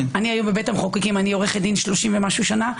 אני הייתי עורכת דין 30 ומשהו שנה.